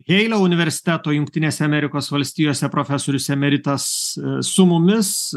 jeilio universiteto jungtinėse amerikos valstijose profesorius emeritas su mumis